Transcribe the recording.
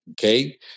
okay